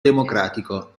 democratico